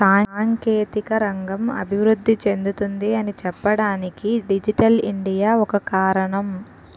సాంకేతిక రంగం అభివృద్ధి చెందుతుంది అని చెప్పడానికి డిజిటల్ ఇండియా ఒక కారణం